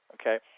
okay